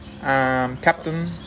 Captain